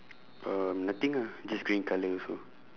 uh nothing ah just green colour also